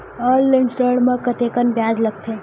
Online ऋण म कतेकन ब्याज लगथे?